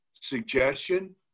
suggestion